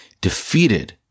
defeated